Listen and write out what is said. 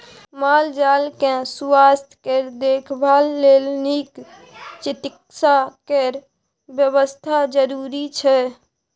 माल जाल केँ सुआस्थ केर देखभाल लेल नीक चिकित्सा केर बेबस्था जरुरी छै